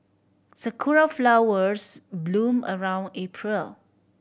sakura flowers bloom around April